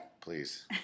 please